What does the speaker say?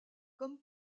comme